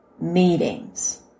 meetings